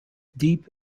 deep